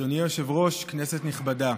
אדוני היושב-ראש, כנסת נכבדה,